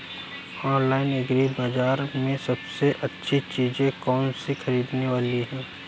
Online agri बाजार में सबसे अच्छी चीज कौन सी ख़रीदने वाली है?